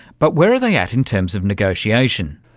but where are they at in terms of negotiation?